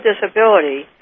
disability